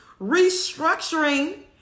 restructuring